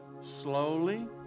slowly